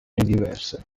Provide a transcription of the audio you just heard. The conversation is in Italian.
diverse